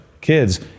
Kids